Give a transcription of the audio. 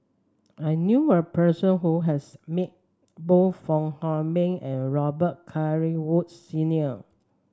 I knew a person who has met both Fong Hoe Beng and Robet Carr Woods Senior